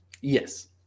Yes